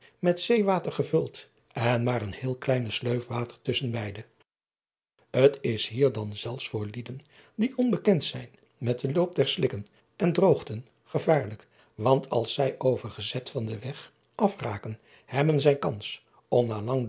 met zeewater gevuld en maar een heel kleine sleuf water tusschen beide t s hier dan zelfs voor lieden die onbekend zijn met den loop der slikken en droogten gevaarlijk want als zij overgezet van den weg afraken hebben zij kans